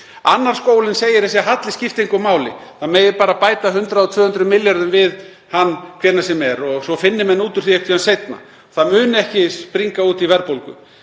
Annar skólinn segir að þessi halli skipti engu máli, það megi bara bæta 100 og 200 milljörðum við hann hvenær sem er og svo finni menn út úr því seinna, það muni ekki springa út í verðbólgu.